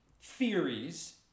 theories